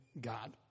God